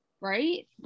Right